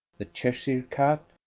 the cheshire cat,